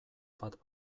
bat